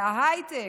להייטק,